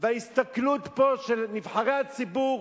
וההסתכלות פה של נבחרי הציבור,